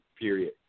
period